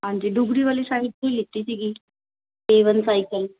ਹਾਂਜੀ ਡੁਗਰੀ ਵਾਲੀ ਸਾਈਡ ਤੋਂ ਹੀ ਲਿੱਤੀ ਸੀਗੀ ਏਵਨ ਸਾਈਕਲ